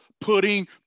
putting